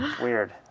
weird